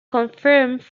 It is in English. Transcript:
confirmed